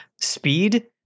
speed